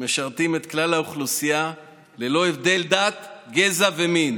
משרתים את כלל האוכלוסייה ללא הבדל דת, גזע ומין.